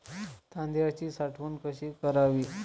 तांदळाची साठवण कशी करावी?